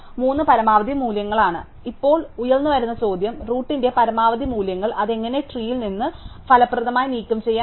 അതിനാൽ ഇപ്പോൾ ഉയർന്നുവരുന്ന ചോദ്യം റൂട്ടിന്റെ പരമാവധി മൂല്യങ്ങൾ അത് എങ്ങനെ ട്രീയിൽ നിന്ന് ഫലപ്രദമായി നീക്കംചെയ്യാം എന്നതാണ്